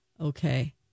Okay